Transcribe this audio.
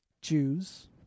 Jews